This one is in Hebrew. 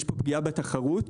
יש פה פגיעה בתחרות.